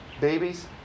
babies